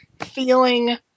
feeling